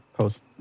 post